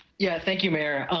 yeah thank you, mayor.